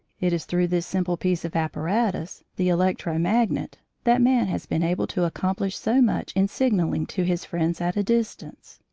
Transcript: it is through this simple piece of apparatus the electro-magnet that man has been able to accomplish so much in signalling to his friends at a distance.